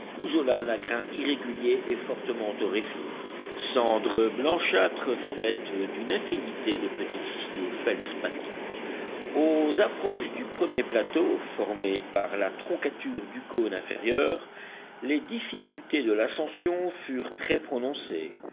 à grains irréguliers et fortement torréfiés cendres blanchâtres faites d'une infinité de petits cristaux feldspathiques aux approches du premier plateau formé par la troncature du cône inférieur les difficultés de l'ascension furent très prononcées